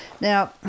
Now